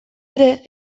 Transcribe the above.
ere